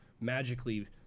magically